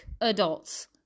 adults